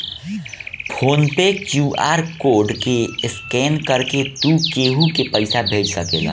phone पे QR code के scan करके तू केहू के पईसा भेज सकेला